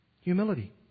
Humility